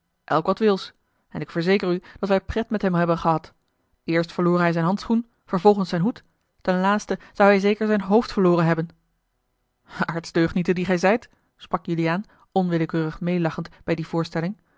elk wat wils en ik verzeker u dat wij pret met hem hebben gehad eerst verloor hij zijn handschoen vervolgens zijn hoed ten laatste zou hij zeker zijn hoofd verloren hebben aartsdeugnieten die gij zijt sprak juliaan onwillekeurig meêlachend bij die voorstelling